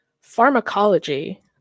pharmacology